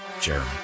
Jeremy